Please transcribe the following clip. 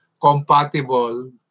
compatible